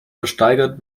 versteigert